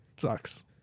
sucks